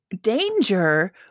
Danger